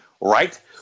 right